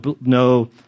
no